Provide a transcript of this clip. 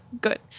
good